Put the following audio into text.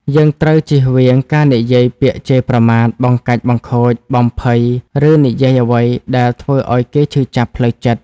យើងត្រូវជៀសវាងការនិយាយពាក្យជេរប្រមាថ បង្កាច់បង្ខូច បំភ័យ ឬនិយាយអ្វីដែលធ្វើឲ្យគេឈឺចាប់ផ្លូវចិត្ត។